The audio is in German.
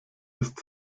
ist